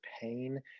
pain